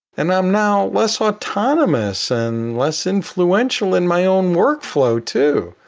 and i'm now less autonomous and less influential in my own workflow too.